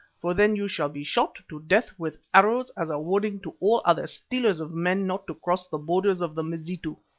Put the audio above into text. for then you shall be shot to death with arrows as a warning to all other stealers of men not to cross the borders of the mazitu.